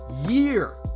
year